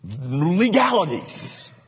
legalities